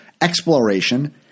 exploration